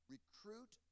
Recruit